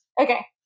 Okay